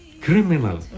criminal